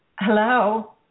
hello